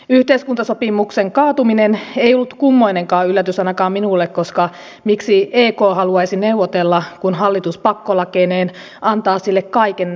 yhteiskuntasopimuksen kaatuminen ei ollut kummoinenkaan yllätys ainakaan minulle koska miksi ek haluaisi neuvotella kun hallitus pakkolakeineen antaa sille kaiken neuvottelemattakin